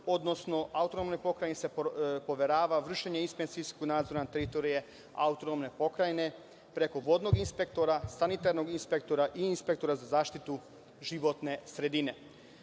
odnosno Autonomnoj pokrajini se poverava vršenje inspekcijskog nadzora na teritoriji Autonomne pokrajine preko vodnog inspektora, sanitarnog inspektora i inspektora za zaštitu životne sredine. Na